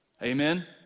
Amen